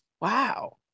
Wow